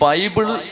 Bible